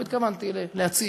קורא, לא התכוונתי להציג.